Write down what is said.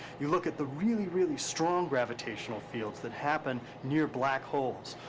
you look at the really, really strong gravitational fields that happen near black holes.